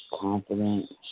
confident